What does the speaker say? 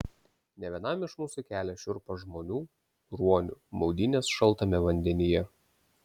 ne vienam iš mūsų kelia šiurpą žmonių ruonių maudynės šaltame vandenyje